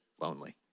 lonely